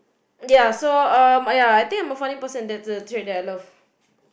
ya so um ya I think I'm a funny person that's a trait that I love